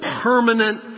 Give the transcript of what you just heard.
permanent